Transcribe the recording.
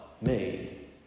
made